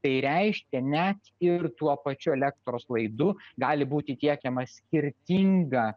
tai reiškia net ir tuo pačiu elektros laidu gali būti tiekiama skirtinga